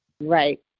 Right